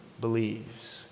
believes